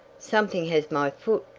something has my foot!